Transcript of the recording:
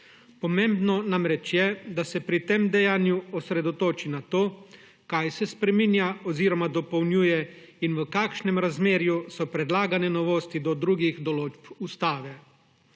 Pomembno namreč je, da se pri tem dejanju osredotoči na to, kaj se spreminja oziroma dopolnjuje in v kakšnem razmerju so predlagane novosti do drugih določb ustave.